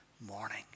morning